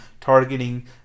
targeting